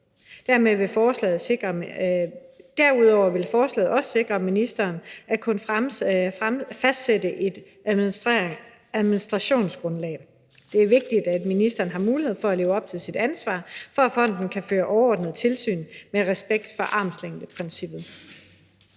Derudover vil forslaget også sikre, at ministeren kan fastsætte et administrationsgrundlag. Det er vigtigt, at ministeren har mulighed for at leve op til sit ansvar for, at fonden kan føre overordnet tilsyn med respekt for armslængdeprincippet.